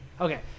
Okay